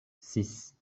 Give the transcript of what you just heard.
six